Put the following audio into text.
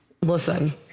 Listen